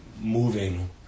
moving